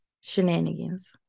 shenanigans